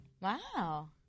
Wow